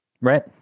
Right